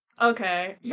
Okay